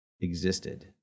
existed